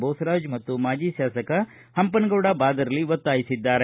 ಬೋಸ್ರಾಜ್ ಮಾಜಿ ಶಾಸಕ ಹಂಪನಗೌಡ ಬಾದರ್ಲಿ ಒತ್ತಾಯಿಸಿದ್ದಾರೆ